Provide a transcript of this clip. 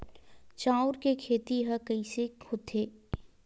चांउर के खेती ह कइसे होथे?